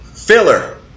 Filler